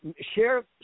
share